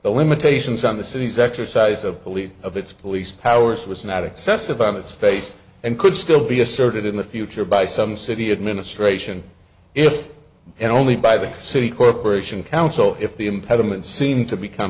the limitations on the city's exercise of police of its police powers was not excessive on its face and could still be asserted in the future by some city administration if and only by the city corporation council if the impediment seem to become